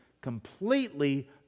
completely